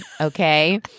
okay